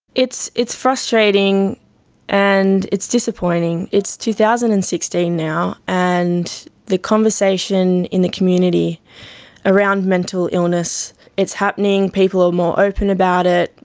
it's it's frustrating and it's disappointing. disappointing. it's two thousand and sixteen now, and the conversation in the community around mental illness, it's happening, people are more open about it.